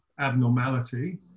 abnormality